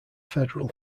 federal